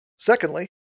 Secondly